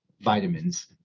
vitamins